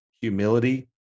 humility